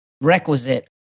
requisite